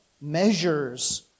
measures